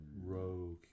rogue